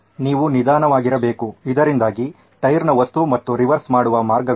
ನೀವು ನಿಧಾನವಾಗಿರಬೇಕು ಇದರಿಂದಾಗಿ ಟೈರ್ನ ವಸ್ತು ಮತ್ತು ರಿವರ್ಸ್ ಮಾಡುವ ಮಾರ್ಗವಿದೆ